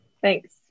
Thanks